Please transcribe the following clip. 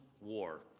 war